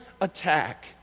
attack